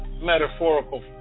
metaphorical